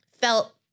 felt